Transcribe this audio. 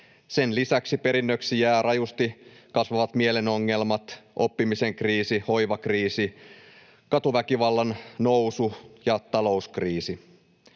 Sen lisäksi perinnöksi jäävät rajusti kasvavat mielen ongelmat, oppimisen kriisi, hoivakriisi, katuväkivallan nousu ja talouskriisi.